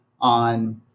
on